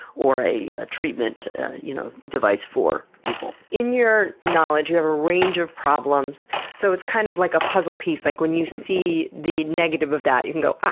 or a treatment you know device, for people. in your knowledge you have a range of problems, so it's kind of like a puzzle piece. like when you see the negative of that you can go, ah,